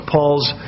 Paul's